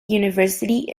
university